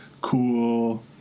cool